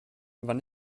wann